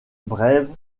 brève